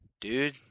dude